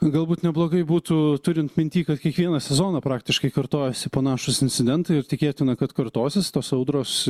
galbūt neblogai būtų turint minty kad kiekvieną sezoną praktiškai kartojasi panašūs incidentai ir tikėtina kad kartosis tos audros